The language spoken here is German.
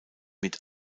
mit